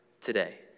today